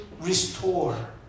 restore